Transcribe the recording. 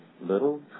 little